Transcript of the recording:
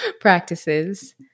practices